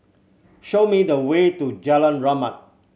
show me the way to Jalan Rahmat